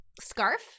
scarf